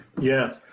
Yes